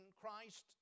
Christ